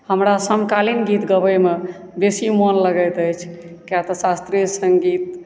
हमरा समकालीन गीत गबैमे बेसी मोन लगैत अछि किया तऽ शास्त्रीय सङ्गीत